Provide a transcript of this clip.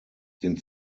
den